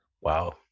Wow